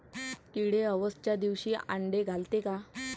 किडे अवसच्या दिवशी आंडे घालते का?